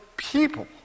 people